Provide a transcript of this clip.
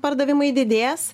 pardavimai didės